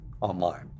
online